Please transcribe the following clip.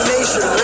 Nation